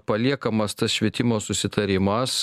paliekamas tas švietimo susitarimas